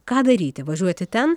ką daryti važiuoti ten